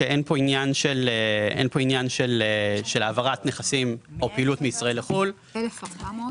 עניין של העברת נכסים או פעילות מישראל לחוץ לארץ.